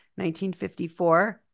1954